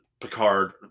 Picard